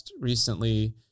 recently